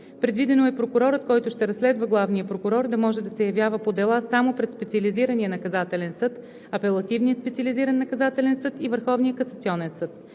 Предвидено е прокурорът, който ще разследва главния прокурор, да може да се явява по дела само пред Специализирания наказателен съд, Апелативния специализиран наказателен съд и